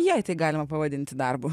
jei tai galima pavadinti darbu